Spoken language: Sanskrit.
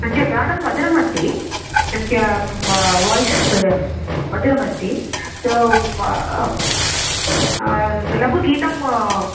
तस्य गानं मधुरमस्ति तस्य वोय्स् मधुरमस्ति सो लघुगीतम्